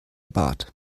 bart